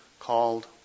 Called